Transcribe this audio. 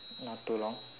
not too long